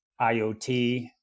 IoT